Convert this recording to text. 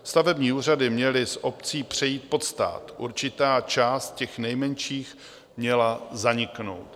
Stavební úřady měly z obcí přejít pod stát, určitá část těch nejmenších měla zaniknout.